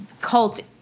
cult